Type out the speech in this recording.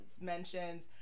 mentions